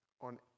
on